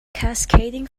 cascading